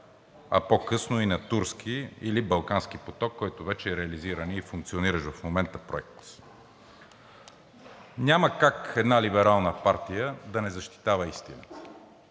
а по-късно и на „Турски“ или „Балкански поток“, който вече е реализиран и е функциониращ в момента проект. Няма как една либерална партия да не защитава истината.